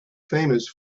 famous